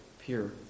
pure